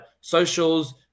Socials